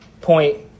point